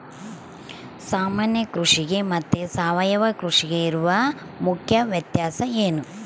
ಸಾಮಾನ್ಯ ಕೃಷಿಗೆ ಮತ್ತೆ ಸಾವಯವ ಕೃಷಿಗೆ ಇರುವ ಮುಖ್ಯ ವ್ಯತ್ಯಾಸ ಏನು?